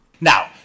Now